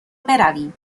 برویم